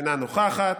אינה נוכחת,